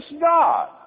God